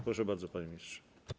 Proszę bardzo, panie ministrze.